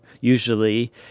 usually